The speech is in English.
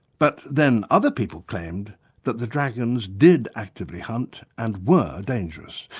but then other people claimed that the dragons did actively hunt and were dangerous.